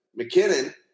McKinnon